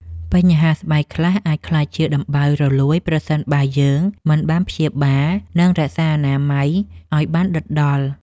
បញ្ហាស្បែកខ្លះអាចក្លាយជាដំបៅរលួយប្រសិនបើយើងមិនបានព្យាបាល និងរក្សាអនាម័យឱ្យបានដិតដល់។